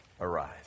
arise